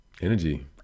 energy